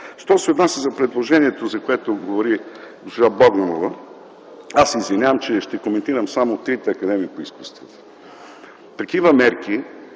Що се отнася за предложението, за което говори госпожа Богданова – аз се извинявам, че ще коментирам само трите академии по изкуствата. Такива мерки